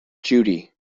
judy